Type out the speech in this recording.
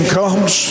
comes